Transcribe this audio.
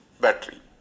battery